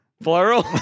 plural